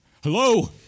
Hello